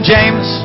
James